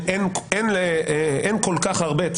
אין כל כך הרבה.